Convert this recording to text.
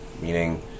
meaning